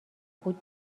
بود